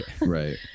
right